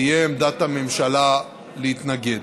תהיה עמדת הממשלה להתנגד.